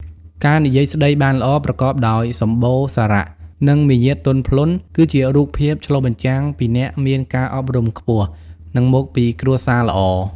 ការនិយាយស្ដីបានល្អ ប្រកបដោយសម្បូរសារៈ និងមារយាទទន់ភ្លន់ គឺជារូបភាពឆ្លុះបញ្ចាំងពីអ្នកមានការអប់រំខ្ពស់ និងមកពីគ្រួសារល្អ។